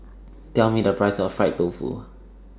Tell Me The Price of Fried Tofu